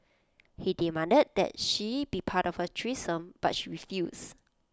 he demanded that she be part of A threesome but she refused